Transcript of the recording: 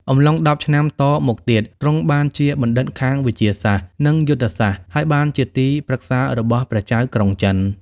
អំឡុងដប់ឆ្នាំ តមកទៀត ទ្រង់បានជាបណ្ឌិតខាងវិទ្យាសាស្ត្រ និងយុទ្ធសាស្ត្រ ហើយបានជាទីប្រឹក្សារបស់ព្រះចៅក្រុងចិន ។